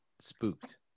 spooked